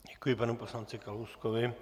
Děkuji panu poslanci Kalouskovi.